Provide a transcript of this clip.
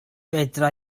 fedra